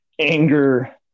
Anger